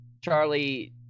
Charlie